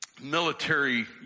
military